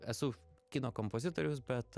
esu kino kompozitorius bet